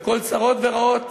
וכל צרות ורעות